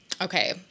Okay